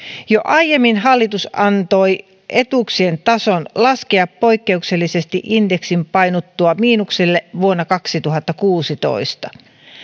jo aiemmin hallitus antoi etuuksien tason laskea poikkeuksellisesti indeksin painuttua miinukselle vuonna kaksituhattakuusitoista